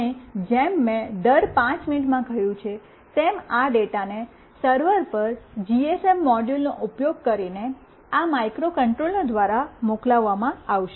અને જેમ મેં દર 5 મિનિટમાં કહ્યું છે તેમ આ ડેટાને આ સર્વર પર જીએસએમ મોડ્યુલનો ઉપયોગ કરીને આ માઇક્રોકન્ટ્રોલર દ્વારા મોકલવામાં આવશે